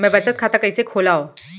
मै बचत खाता कईसे खोलव?